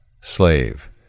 Slave